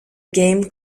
game